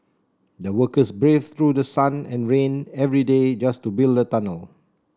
the workers braved through the sun and rain every day just to build the tunnel